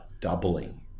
doubling